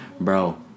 Bro